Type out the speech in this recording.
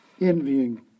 envying